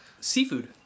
seafood